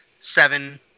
Seven